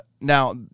now